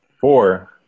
Four